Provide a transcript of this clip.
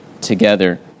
together